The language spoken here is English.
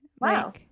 Wow